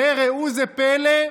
וראו זה פלא,